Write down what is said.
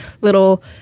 little